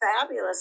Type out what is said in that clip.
fabulous